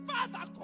Father